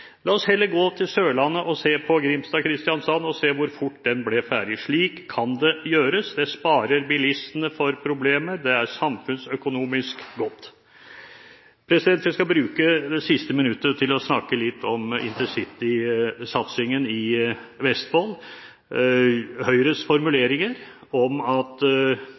La oss heller gå til Sørlandet og se på E18 Grimstad–Kristiansand og hvor fort den ble ferdig. Slik kan det gjøres. Det sparer bilistene for problemer, og det er samfunnsøkonomisk godt. Jeg skal bruke det siste minuttet til å snakke litt om intercitysatsingen i Vestfold. Høyres formuleringer om at